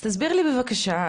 אז תסביר לי בבקשה,